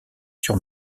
sur